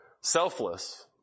selfless